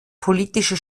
politische